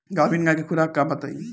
गाभिन गाय के खुराक बताई?